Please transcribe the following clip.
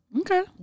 okay